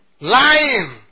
Lying